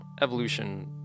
evolution